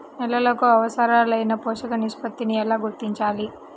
నేలలకు అవసరాలైన పోషక నిష్పత్తిని ఎలా గుర్తించాలి?